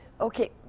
Okay